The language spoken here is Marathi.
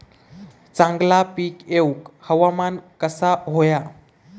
चांगला पीक येऊक हवामान कसा होया?